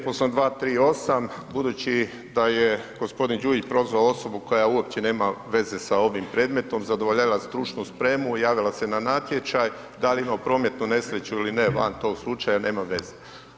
Povrijeđen je 238. budući da je gospodin Đujić prozvao osobu koja uopće nema veze sa ovim predmetom, zadovoljila je stručnu spremu, javila se na natječaj, da li je imao prometnu nesreću ili ne van tog slučaja nema veze.